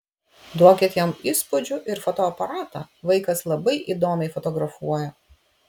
duokit jam įspūdžių ir fotoaparatą vaikas labai įdomiai fotografuoja